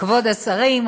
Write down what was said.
כבוד השרים,